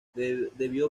debió